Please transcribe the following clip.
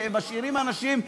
ומשאירים אנשים,